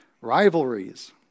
Rivalries